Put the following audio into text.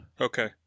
Okay